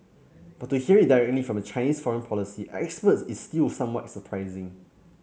but to hear it directly from a Chinese foreign policy expert is still somewhat surprising